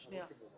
אני אסביר.